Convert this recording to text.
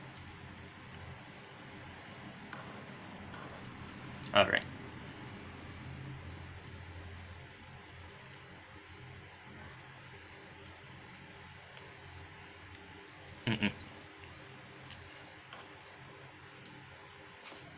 alright mm mm